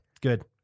Good